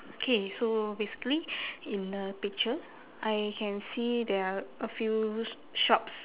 okay so basically in the picture I can see there are a few sh~ shops